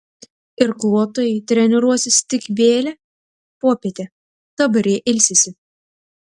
irkluotojai treniruosis tik vėlią popietę dabar jie ilsisi